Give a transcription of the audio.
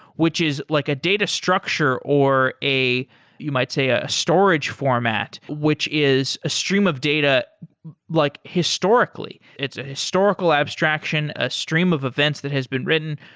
which is like a data structure or you might say a storage format, which is a stream of data like historically. it's a historical abstraction, a stream of events that has been written.